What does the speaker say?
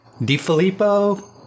DiFilippo